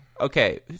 Okay